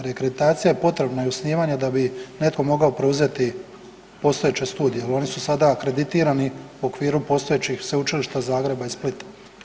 Reakreditacija je potrebna i osnivanje da bi netko mogao preuzeti postojeće studije jer oni su sada akreditirani u okviru postojećih sveučilišta Zagreba i Splita.